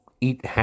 eat